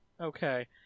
okay